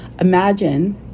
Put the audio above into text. imagine